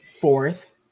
fourth